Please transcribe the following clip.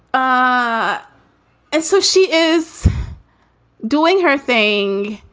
ah and so she is doing her thing.